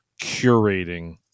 curating